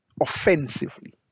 offensively